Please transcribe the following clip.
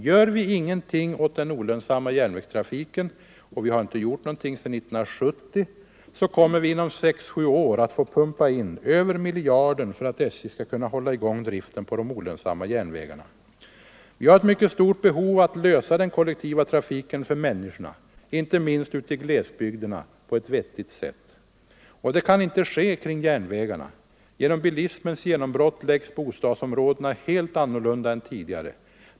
Gör vi ingenting åt den olönsamma järnvägstrafiken, och vi har inte gjort någonting sedan 1970, så kommer vi inom 6-7 år att få pumpa Nr 128 in över tiljarden för att SJ skall kunna hålla igång driften på de olön Tisdagen den samma järnvägarna. 26 november 1974 Vi har ett mycket stort behov att lösa den kollektiva trafiken för människorna, inte minst ute i glesbygderna, på ett vettigt sätt. Och det kan Ang. nedläggningen inte ske kring järnvägarna. Genom bilismens genombrott läggs boav olönsam stadsområdena helt annorlunda än tidigare.